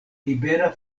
libera